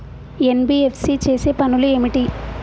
NBFC చేసే పనులు ఏమిటి?